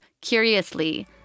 curiously